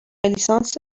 لیسانس